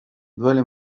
duele